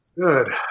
Good